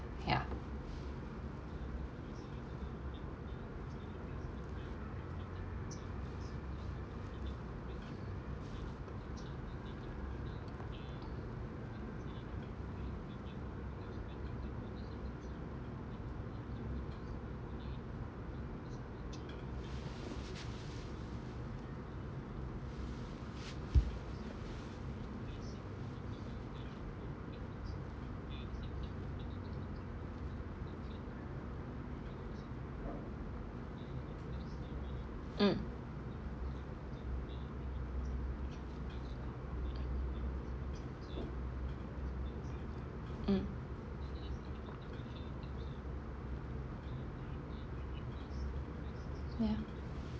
ya mm mm ya